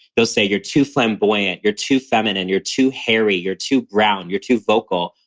they'll say, you're too flamboyant, you're too feminine, you're too hairy, you're too brown, you're too vocal.